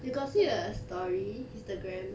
you got see a story instagram